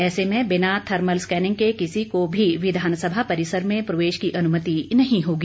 ऐसे में बिना थर्मल स्कैनिंग के किसी को भी विधानसभा परिसर में प्रवेश की अनुमति नहीं होगी